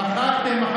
מחקתם.